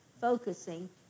focusing